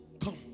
Come